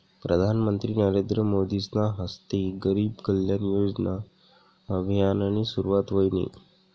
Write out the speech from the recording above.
प्रधानमंत्री नरेंद्र मोदीसना हस्ते गरीब कल्याण योजना अभियाननी सुरुवात व्हयनी